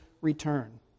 return